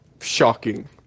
shocking